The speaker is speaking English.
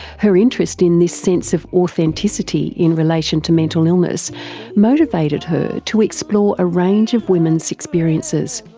her interest in this sense of authenticity in relation to mental illness motivated her to explore a range of women's experiences.